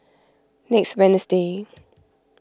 next Wednesday